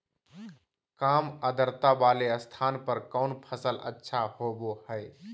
काम आद्रता वाले स्थान पर कौन फसल अच्छा होबो हाई?